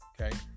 okay